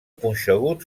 punxegut